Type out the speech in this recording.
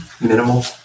minimal